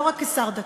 לא רק כשר הדתות: